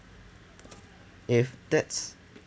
if that's